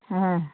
हाँ